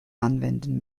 anwenden